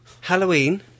Halloween